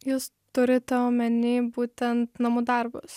jūs turite omeny būtent namų darbus